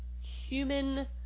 human